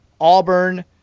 Auburn